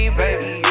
baby